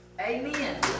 Amen